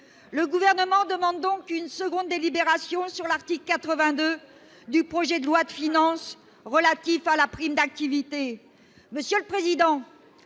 donc à demander une seconde délibération sur l'article 82 du projet de loi de finances, relatif à la prime d'activité. Monsieur le président,